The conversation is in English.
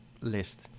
list